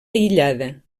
aïllada